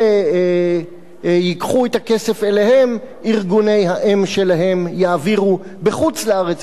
אלה ייקחו את הכסף אליהם וארגוני האם שלהם יעבירו בחוץ-לארץ